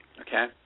Okay